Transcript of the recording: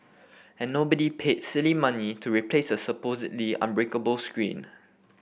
and nobody paid silly money to replace a supposedly unbreakable screen